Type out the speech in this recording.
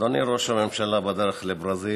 אדוני ראש הממשלה, בדרך לברזיל